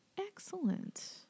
Excellent